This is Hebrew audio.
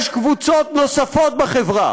יש קבוצות נוספות בחברה